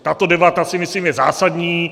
Tato debata, si myslím, je zásadní.